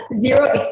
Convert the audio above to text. Zero